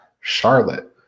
Charlotte